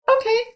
okay